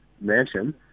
mansion